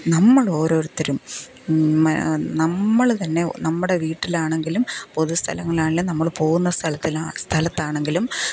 നമ്മൾ ഓരോരുത്തരും നമ്മള് തന്നെ നമ്മുടെ വീട്ടിലാണെങ്കിലും പൊതുസ്ഥലങ്ങളിൽ ആണെലും നമ്മൾ പോകുന്ന സ്ഥലത്തെല്ലാം സ്ഥലത്താണെങ്കിലും